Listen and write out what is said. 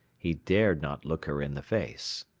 he dared not look her in the face.